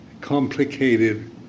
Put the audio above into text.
complicated